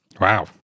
Wow